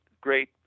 great